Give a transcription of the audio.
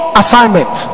assignment